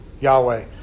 Yahweh